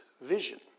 vision